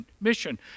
mission